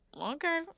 Okay